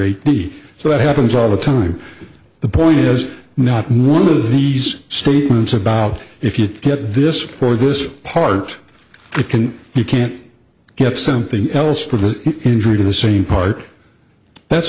b so it happens all the time the point is not one of these statements about if you get this for this part but can you can't get something else for the injury to the same part that's